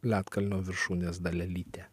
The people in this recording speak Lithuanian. ledkalnio viršūnės dalelytė